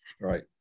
Right